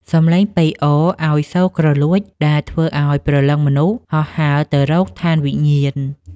សំឡេងប៉ីអរឱ្យសូរគ្រលួចដែលធ្វើឱ្យព្រលឹងមនុស្សហោះហើរទៅរកឋានវិញ្ញាណ។